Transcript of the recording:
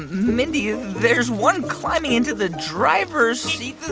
mindy, there's one climbing into the driver's seat.